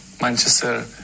Manchester